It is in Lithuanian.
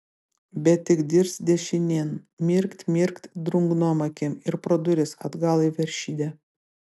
bet tik dirst dešinėn mirkt mirkt drungnom akim ir pro duris atgal į veršidę